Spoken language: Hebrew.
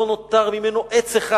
לא נותר ממנה עץ אחד.